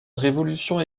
révolution